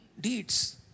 deeds